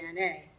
DNA